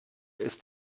ist